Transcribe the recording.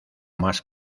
más